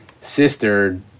sister